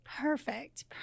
perfect